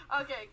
Okay